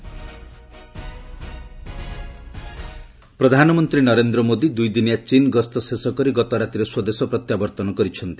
PM SCO ପ୍ରଧାନମନ୍ତ୍ରୀ ନରେନ୍ଦ୍ର ମୋଦି ଦୁଇଦିନିଆ ଚୀନ୍ ଗସ୍ତ ଶେଷକରି ଗତରାତିରେ ସ୍ପଦେଶ ପ୍ରତ୍ୟାବର୍ତ୍ତନ କରିଛନ୍ତି